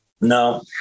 No